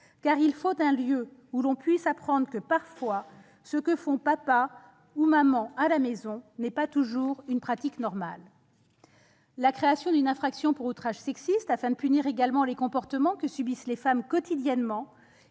car il faut un lieu où l'on puisse apprendre que parfois, ce que font papa et maman à la maison n'est pas toujours une pratique normale. La création d'une infraction pour outrage sexiste afin de punir également les comportements que subissent les femmes quotidiennement,